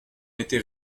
était